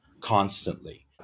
constantly